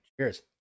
Cheers